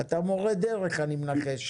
אני מנחש